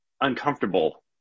uncomfortable